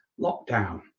lockdown